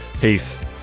Heath